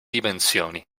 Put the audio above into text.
dimensioni